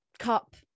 cup